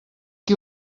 qui